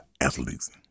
athletes